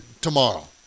tomorrow